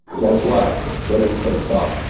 guess what? twitter takes off.